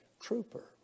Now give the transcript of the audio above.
trooper